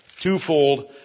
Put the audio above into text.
twofold